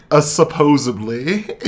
supposedly